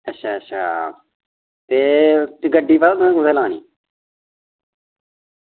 अच्छा अच्छा एह् गड्डी पता कुत्थें कुत्थें लानी